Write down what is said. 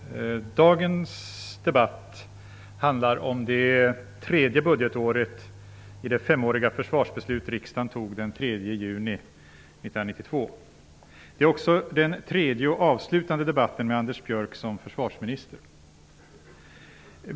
Herr talman! Dagens debatt handlar om det tredje budgetåret i det femåriga försvarsbeslut riksdagen tog den 3 juni 1992. Det är också den tredje och avslutande debatten med Anders Björck som försvarsminister.